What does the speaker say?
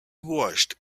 watched